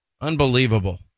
unbelievable